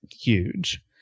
huge